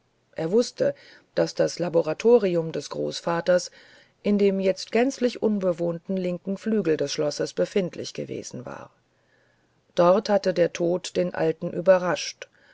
er wußte daß das laboratorium des großvaters in dem jetzt gänzlich unbewohnten linken flügel des schlosses befindlich gewesen war dort hatte der tod den alten überrascht